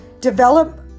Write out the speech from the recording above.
develop